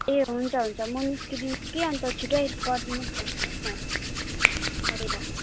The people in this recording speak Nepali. ए हुन्छ हुन्छ म निस्किदिन्छु अन्त छिटै गरिदिनु भनिदिनुहोस् न आएर